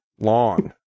long